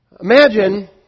Imagine